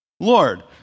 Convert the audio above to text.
Lord